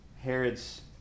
Herod's